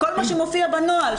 כל מה שמופיע בנוהל,